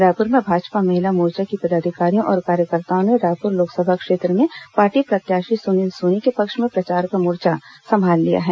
रायपुर में भाजपा महिला मोर्चा की पदाधिकारियों और कार्यकर्ताओं ने रायपुर लोकसभा क्षेत्र में पार्टी प्रत्याशी सुनील सोनी के पक्ष में प्रचार का मोर्चा सम्हाल लिया है